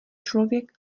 člověk